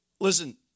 Listen